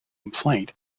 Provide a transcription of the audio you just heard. complaint